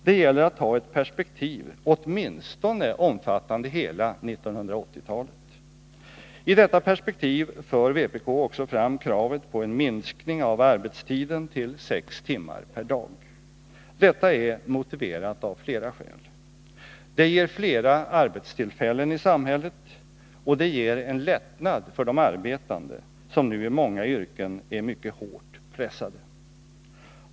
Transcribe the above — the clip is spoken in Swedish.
Det gäller att ha ett perspektiv, åtminstone omfattande hela 1980-talet. I detta perspektiv för vpk också fram kravet på en minskning av arbetstiden till sex timmar per dag. Detta är motiverat av flera skäl. Det ger flera arbetstillfällen i samhället, och det ger en lättnad för de arbetande, som nu i många yrken är mycket hårt pressade.